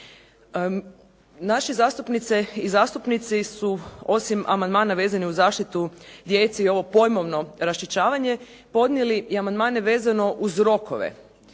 Naše zastupnice i zastupnici su osim amandmana vezanih uz zaštitu djece i ovo pojmovno raščišćavanje podnijeli i amandmane vezano uz rokove.